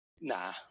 Nah